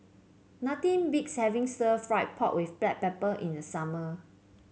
nothing beats having Stir Fried Pork with Black Pepper in the summer